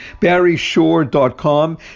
barryshore.com